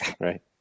right